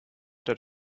that